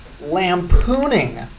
lampooning